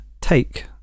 take